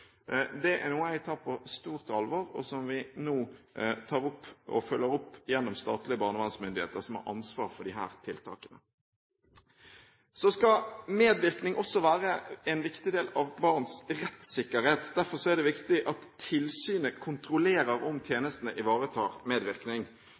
Det er noe jeg tar på stort alvor, og som vi nå følger opp gjennom statlige barnevernsmyndigheter, som har ansvar for disse tiltakene. Så skal medvirkning også være en viktig del av barns rettssikkerhet. Derfor er det viktig at tilsynet kontrollerer om